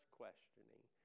questioning